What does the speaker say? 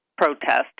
protest